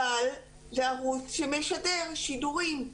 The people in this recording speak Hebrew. אבל זה ערוץ שמשדר שידורים,